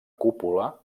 cúpula